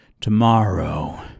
tomorrow